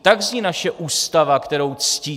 Tak zní naše Ústava, kterou ctíte.